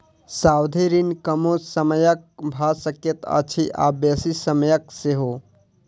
सावधि ऋण कमो समयक भ सकैत अछि आ बेसी समयक सेहो